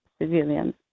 civilians